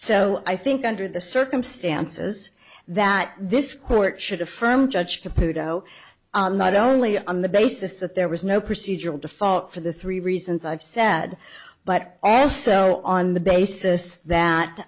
so i think under the circumstances that this court should affirm judge to pluto not only on the basis that there was no procedural default for the three reasons i've said but also on the basis that